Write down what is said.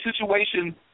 situation